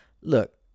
Look